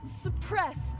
suppressed